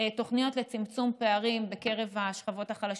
תוכניות לצמצום פערים בקרב השכבות החלשות.